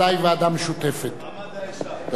על כל פנים,